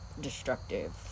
destructive